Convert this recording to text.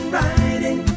riding